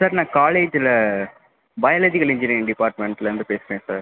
sir நான் காலேஜில் biological engineering டிபார்ட்மென்ட்லேந்து பேசுறங்க சார்